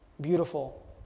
beautiful